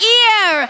ear